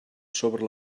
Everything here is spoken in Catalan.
sobre